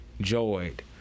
joyed